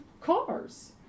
cars